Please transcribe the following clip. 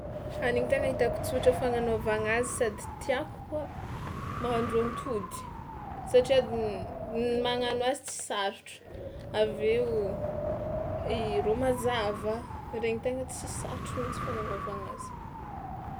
Hanigny tegna hitako tsotra fananaovagna azy sady tiàko koa mahandro atody, satria n- n- magnano azy tsy sarotro avy eo i romazava, regny tegna tsy sarotro mihitsy fananaovagna azy.